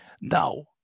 Now